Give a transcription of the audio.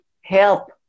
help